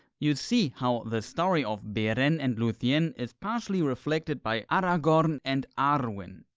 you see how the story of beren and luthien is partially reflected by aragorn and arwen.